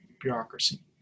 bureaucracy